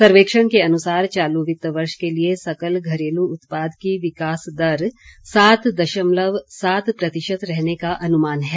सर्वेक्षण के अनुसार चालू वित्त वर्ष के लिए सकल घरेलू उत्पाद की विकास दर सात दशमलव सात प्रतिशत रहने का अनुमान है